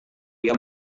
dia